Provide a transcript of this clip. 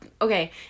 Okay